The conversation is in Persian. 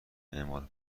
اعمال